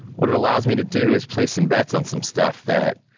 what it allows me to do is place some bets on some stuff that,